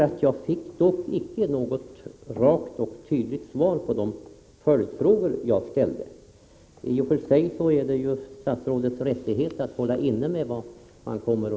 Inte bara boende utan också andra har överklagat till regeringen, som utan motivering avslagit besvären.